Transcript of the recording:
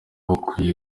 bakwiye